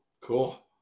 Cool